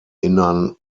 innern